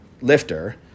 lifter